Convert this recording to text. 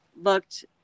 looked